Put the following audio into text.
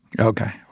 Okay